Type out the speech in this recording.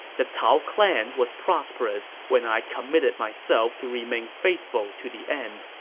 the cao clan was prosperous when i committed myself to remain faithful to the end.